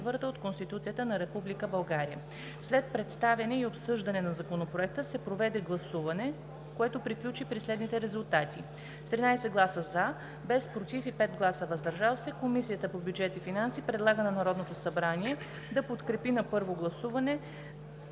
т. 4 от Конституцията на Република България. След представяне и обсъждане на Законопроекта се проведе гласуване, което приключи при следните резултати: с 13 гласа „за“, без „против“ и 5 гласа „въздържали се“, Комисията по бюджет и финанси предлага на Народното събрание да подкрепи на първо гласуване